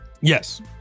Yes